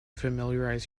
familiarize